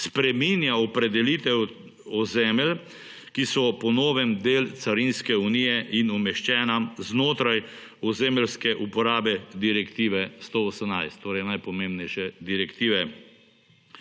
spreminja opredelitev ozemelj, ki so po novem del carinske unije in umeščena znotraj ozemeljske uporabe direktive 118. Torej, najpomembnejše direktive.